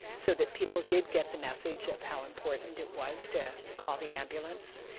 so that people did get the message of how important it was to call the ambulance.